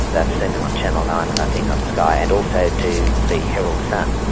they've seen them on channel nine and i think on sky, and also to the herald-sun.